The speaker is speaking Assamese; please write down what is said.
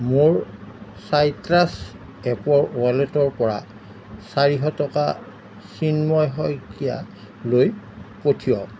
মোৰ চাইট্ৰাছ এপৰ ৱালেটৰ পৰা চাৰিশ টকা চিন্ময় শইকীয়ালৈ পঠিয়াওঁক